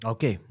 Okay